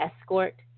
escort